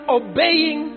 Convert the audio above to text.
obeying